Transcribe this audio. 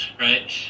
right